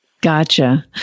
Gotcha